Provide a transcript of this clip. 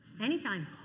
anytime